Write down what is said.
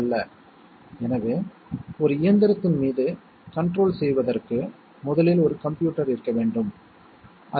இது வேறு எந்த லாஜிக் ஆபரேஷன் போலவும் இருக்கிறதா